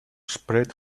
spread